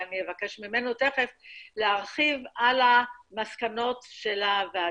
ואבקש ממנו תכף להרחיב על המסקנות של הוועדה,